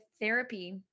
therapy